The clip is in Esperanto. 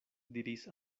diris